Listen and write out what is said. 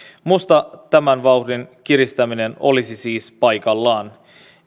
minusta tämän vauhdin kiristäminen olisi siis paikallaan